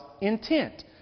intent